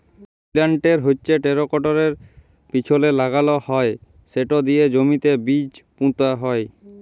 পিলান্টের হচ্যে টেরাকটরের পিছলে লাগাল হয় সেট দিয়ে জমিতে বীজ পুঁতা হয়